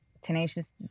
tenacious